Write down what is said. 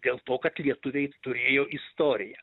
dėl to kad lietuviai turėjo istoriją